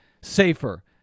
safer